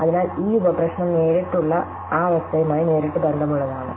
അതിനാൽ ഈ ഉപ പ്രശ്നം നേരിടുള്ള ആ അവസ്ഥയുമായി നേരിട്ട് ബന്ധം ഉള്ളതാണ്